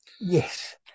Yes